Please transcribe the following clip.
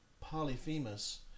polyphemus